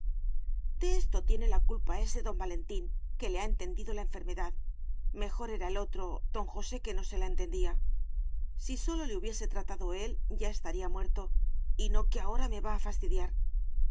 de esto tiene la culpa ese don valentín que le ha entendido la enfermedad mejor era el otro don josé que no se la entendía si sólo le hubiese tratado él ya estaría muerto y no que ahora me va a fastidiar